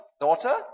daughter